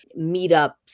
meetups